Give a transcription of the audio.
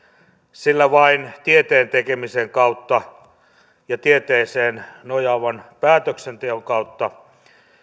sillä vain tieteen tekemisen kautta ja tieteeseen nojaavan päätöksenteon kautta